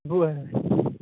बरें